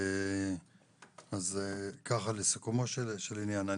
אז לסיכומו של עניין.